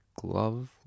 glove